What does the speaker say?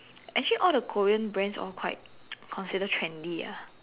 actually all the Korean brands all quite consider trendy ah